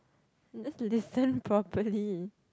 just listen properly